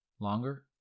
Longer